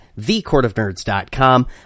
thecourtofnerds.com